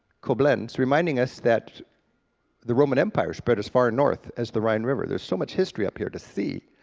koblenz, reminding us that the roman empire spread as far north as the rhine river, there's so much history up here to see.